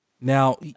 Now